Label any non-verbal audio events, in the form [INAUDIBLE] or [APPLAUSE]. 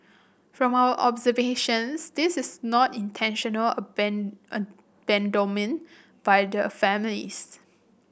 from our observations this is not intentional [UNINTELLIGIBLE] abandonment by the families